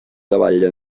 davalla